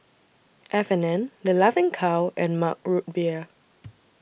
F and N The Laughing Cow and Mug Root Beer